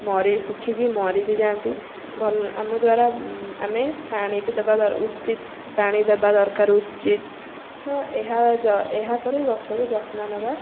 ମରି ଶୁଖିକି ମରି ବି ଯାଆନ୍ତି ଭଲ୍ ଆମ ଦ୍ୱାରା ଆମେ ପାଣି ବି ଦେବା ଉଚିତ୍ ପାଣି ଦେବା ଦରକାର ଉଚିତ୍ ତ ଏହା ଯ ଏହାପରେ ଗଛକୁ ଯତ୍ନ ନେବା